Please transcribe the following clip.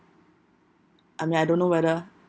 I mean I don't know whether